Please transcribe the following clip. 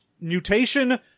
mutation